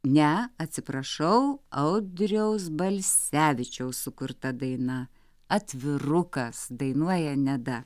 ne atsiprašau audriaus balsevičiaus sukurta daina atvirukas dainuoja neda